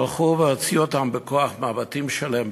הלכו והוציאו אותם בכוח מהבתים שלהם,